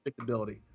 predictability